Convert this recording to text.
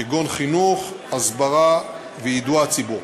כגון חינוך, הסברה ויידוע הציבור.